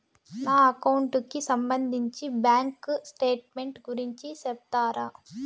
నా అకౌంట్ కి సంబంధించి బ్యాంకు స్టేట్మెంట్ గురించి సెప్తారా